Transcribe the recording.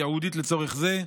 ייעודית לצורך זה,